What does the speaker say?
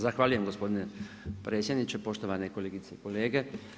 Zahvaljujem gospodine predsjedniče, poštovane kolegice i kolege.